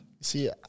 See